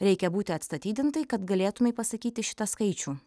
reikia būti atstatydintai kad galėtumei pasakyti šitą skaičių